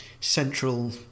central